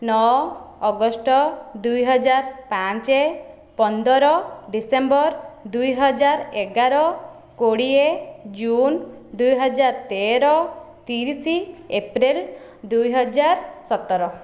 ନଅ ଅଗଷ୍ଟ ଦୁଇ ହଜାର ପାଞ୍ଚ ପନ୍ଦର ଡିସେମ୍ବର ଦୁଇ ହଜାର ଏଗାର କୋଡ଼ିଏ ଜୁନ୍ ଦୁଇ ହଜାର ତେର ତିରିଶ ଏପ୍ରିଲ ଦୁଇ ହଜାର ସତର